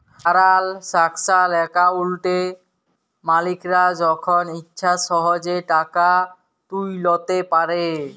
টারালসাকশাল একাউলটে মালিকরা যখল ইছা সহজে টাকা তুইলতে পারে